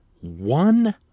one